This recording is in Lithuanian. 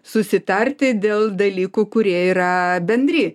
susitarti dėl dalykų kurie yra bendri